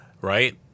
right